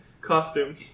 costume